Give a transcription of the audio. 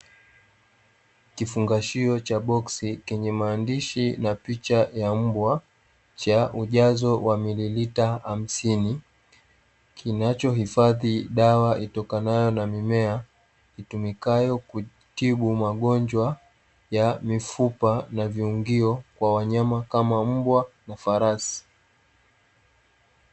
Kifungashio cha boksi kenye maandishi na picha ya mbwa, cha ujazo wa milimita hamsini. Kinachoifadhi dawa itaokanayo na mimea, itumikayo kutibu magonjwa ya mifupa na viungio kwa wanyama kama mbwa na farasi.